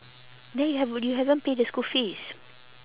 then you have you haven't pay the school fees